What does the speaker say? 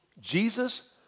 Jesus